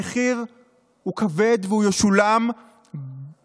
המחיר הוא כבד והוא ישולם במזומן.